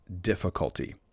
difficulty